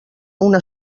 una